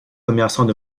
commerçants